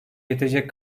yetecek